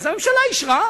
אז הממשלה אישרה,